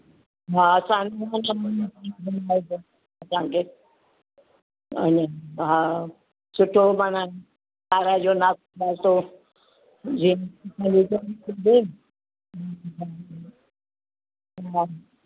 हा असांखे अन हा सुठो माना खाराइजो नाश नास्तो